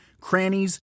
crannies